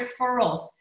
referrals